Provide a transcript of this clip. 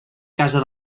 casa